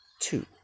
two